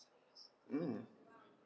mm